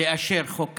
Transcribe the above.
לאשר חוק כזה.